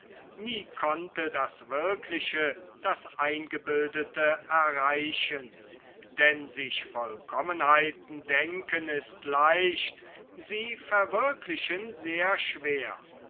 nie konnte das wirkliche das eingebildete erreichen denn sich vollkommenheiten denken ist leicht sie verwirklichen sehr schwer